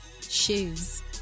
shoes